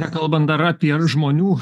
nekalbant dar apie žmonių